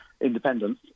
independence